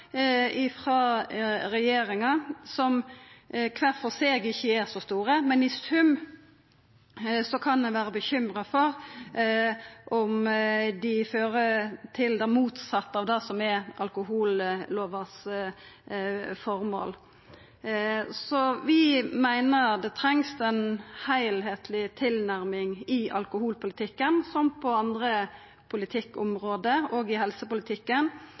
frå regjeringa som kvar for seg ikkje er så store, men som i sum gjer at ein kan vera bekymra for om dei fører til det motsette av det som er formålet med alkohollova. Vi meiner det trengst ei heilskapleg tilnærming i alkoholpolitikken som på andre politikkområde, òg i helsepolitikken,